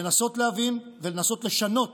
לנסות להבין ולנסות לשנות